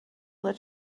that